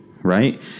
Right